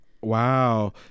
Wow